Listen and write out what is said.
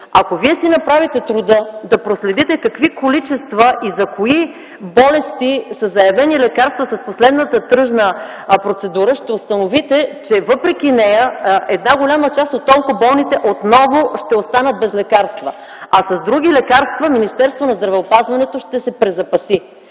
Ако Вие си направите труда да проследите какви количества и за кои болести са заявени лекарства с последната тръжна процедура, ще установите, че въпреки нея, една голяма част от онкоболните отново ще останат без лекарства, а с други лекарства Министерството на здравеопазването ще се презапаси.